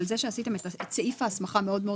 אבל זה שעשיתם את סעיף ההסמכה מאוד מאוד